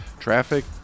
Traffic